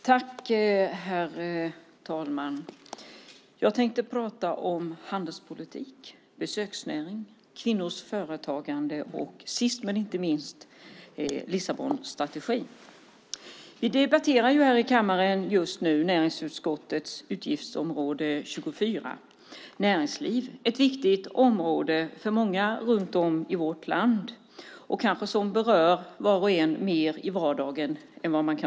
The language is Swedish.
Herr talman! Jag tänkte prata om handelspolitik, besöksnäring, kvinnors företagande och sist men inte minst Lissabonstrategin. Vi debatterar här i kammaren just nu näringsutskottets betänkande över utgiftsområde 24 Näringsliv. Det är ett viktigt område för många runt om i vårt land, och det berör var och en mer i vardagen än man kan tro.